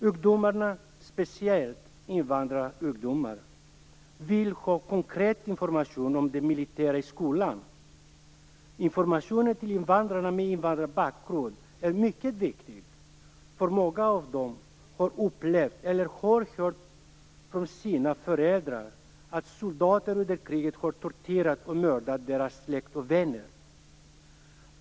Ungdomarna, speciellt invandrarungdomar, vill ha konkret information om det militära i skolan. Informationen till dem med invandrarbakgrund är mycket viktig. Många av dem har nämligen upplevt, eller har hört från sina föräldrar, att soldater under kriget har torterat och mördat deras släkt och vänner.